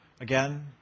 again